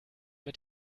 mit